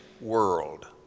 world